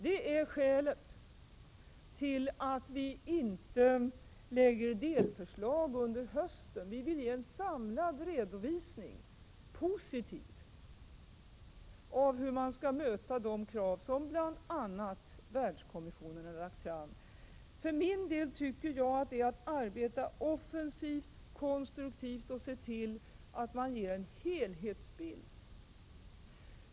Detta är skälet till att vi inte framlägger delförslag under hösten — vi vill ge en samlad, positiv redovisning av hur vi skall möta de krav som bl.a. Världskommissionen har framfört. För min del tycker jag att detta är att arbeta offensivt och konstruktivt och att ge en helhetsbild av arbetets inriktning.